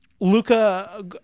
Luca